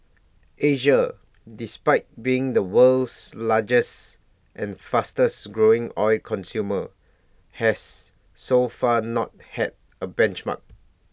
Asia despite being the world's largest and fastest growing oil consumer has so far not had A benchmark